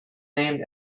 named